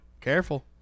Careful